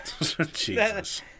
jesus